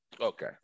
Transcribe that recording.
Okay